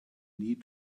need